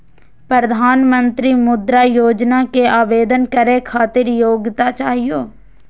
प्रधानमंत्री मुद्रा योजना के आवेदन करै खातिर की योग्यता चाहियो?